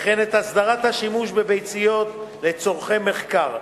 וכן את הסדרת השימוש בביציות לצורכי מחקר.